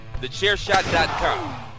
TheChairShot.com